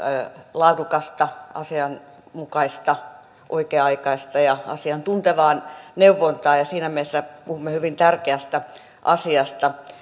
laadukasta asianmukaista oikea aikaista ja asiantuntevaa neuvontaa siinä mielessä puhumme hyvin tärkeästä asiasta